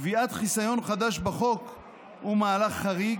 קביעת חיסיון חדש בחוק היא מהלך חריג,